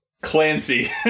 Clancy